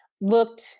looked